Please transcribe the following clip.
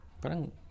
Parang